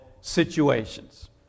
situations